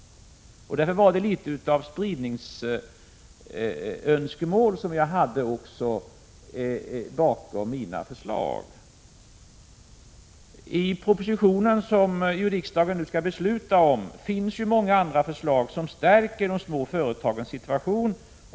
Det låg alltså även ett önskemål om spridning bakom mina förslag. I propositionen som riksdagen nu skall besluta om finns många andra förslag som stärker de små företagens situation.